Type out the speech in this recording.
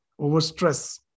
overstress